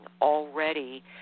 already